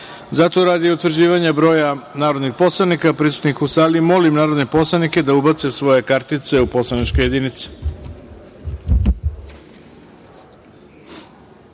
poslanika. Radi utvrđivanja broja narodnih poslanika prisutnih u sali, molim narodne poslanike da ubace svoje kartice u poslaničke